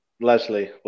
Leslie